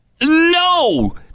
No